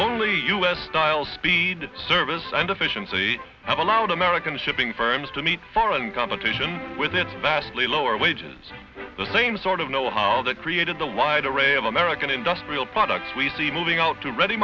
only u s style speed service and efficiency have allowed american shipping firms to meet foreign competition with vastly lower wages the same sort of know how that created the wide array of american industrial products we see moving out to ready